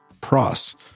pros